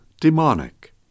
demonic